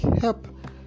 help